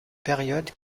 période